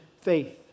faith